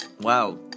wow